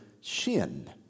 Shin